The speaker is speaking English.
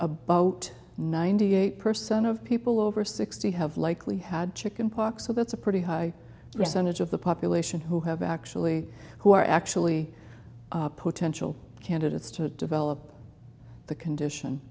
about ninety eight percent of people over sixty have likely had chicken pox so that's a pretty high percentage of the population who have actually who are actually potential candidates to develop the condition